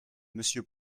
monsieur